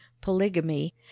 polygamy